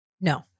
no